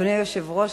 אדוני היושב-ראש,